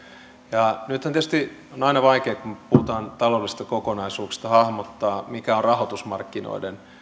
ja nythän tietysti aina kun puhutaan taloudellisista kokonaisuuksista on vaikeaa hahmottaa mikä on rahoitusmarkkinoiden